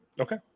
Okay